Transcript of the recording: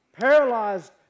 paralyzed